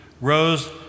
Rose